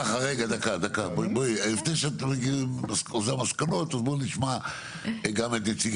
לפני שמגיעים למסקנות בואו נשמע את נציג